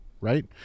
right